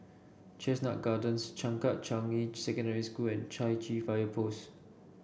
Chestnut Gardens Changkat Changi Secondary School and Chai Chee Fire Post